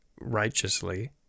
righteously